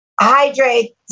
hydrate